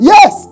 Yes